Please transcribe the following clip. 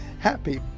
Happy